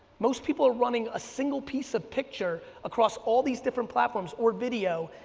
most people running a single piece of picture, across all these different platforms, or video,